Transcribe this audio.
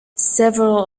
several